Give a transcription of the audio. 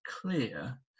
clear